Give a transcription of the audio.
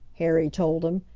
harry told him,